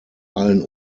allen